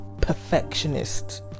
perfectionist